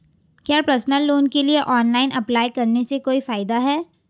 क्या personal loan के लिए ऑनलाइन अप्लाई करने से कोई फायदा है?